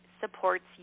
supports